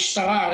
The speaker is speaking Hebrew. משטרה.